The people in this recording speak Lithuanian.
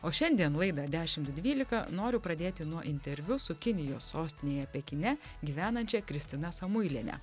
o šiandien laidą dešimt dvylika noriu pradėti nuo interviu su kinijos sostinėje pekine gyvenančia kristina samuiliene